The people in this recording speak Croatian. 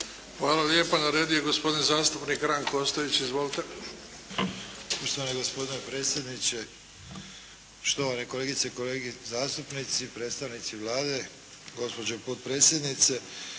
Hvala lijepa. Na redu je gospodin zastupnik Ranko Ostojić. Izvolite. **Ostojić, Ranko (SDP)** Poštovani gospodine predsjedniče, štovane kolegice i kolege zastupnici, predstavnici Vlade, gospođo potpredsjednice.